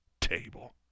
table